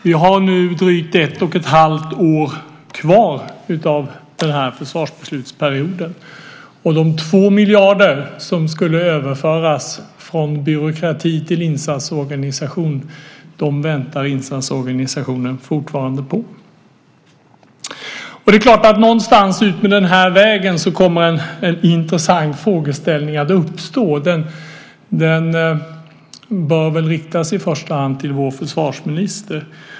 Vi har nu drygt ett och ett halvt år kvar av denna försvarsbeslutsperiod, och de 2 miljarder som skulle överföras från byråkrati till insatsorganisation väntar insatsorganisationen fortfarande på. Någonstans utmed vägen uppstår naturligtvis en intressant frågeställning. Den bör i första hand riktas till vår försvarsminister.